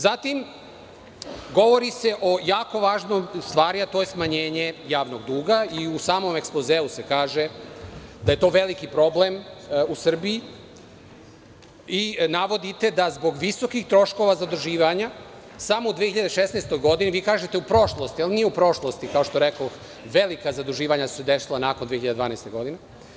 Zatim, govori se o jako važnom, u stvari, a to je smanjenje javnog duga i u samom ekspozeu se kaže da je to veliki problem u Srbiji i navodite da zbog visokih troškova zaduživanja samo u 2016. godini, vi kažete u prošlosti, ali nije u prošlosti kao što rekoh velika zaduživanja su došla nakon 2012. godine.